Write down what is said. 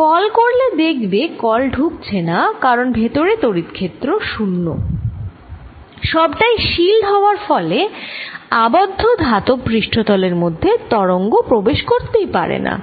call করলে দেখবে call ঢুকছে না কারণ ভেতরে তড়িৎ ক্ষেত্র 0 সবটাই শিইল্ড হওয়ার ফলে আবদ্ধ ধাতব পৃষ্ঠতলের মধ্যে তরঙ্গ প্রবেশ করতেই পারেনা